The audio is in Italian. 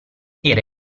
era